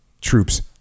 troops